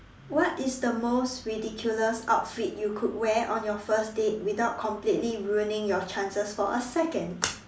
what is the most ridiculous outfit you could wear on your first date without completely ruining your chances for a second